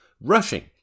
rushing